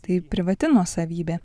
tai privati nuosavybė